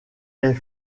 est